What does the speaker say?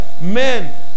Men